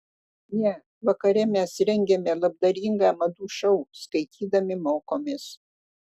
ne vakare mes rengiame labdaringą madų šou skaitydami mokomės